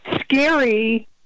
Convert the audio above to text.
scary